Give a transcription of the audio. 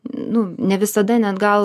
nu ne visada net gal